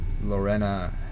Lorena